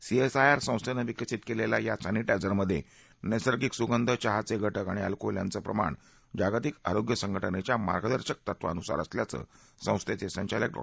CSIR संस्थेनं विकसित केलेल्या या सत्ति इझर मध्ये नैसर्गिक सुंगध चहाचे घ के आणि अल्कोहोल याचं प्रमाण जागतिक आरोग्य संघ जेच्या मार्गदर्शक तत्वानुसार असल्याचं संस्थेचे संचालक डॉ